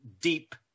deep